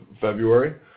February